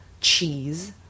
cheese